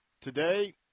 Today